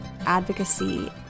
advocacy